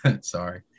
sorry